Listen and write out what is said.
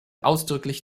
ausdrücklich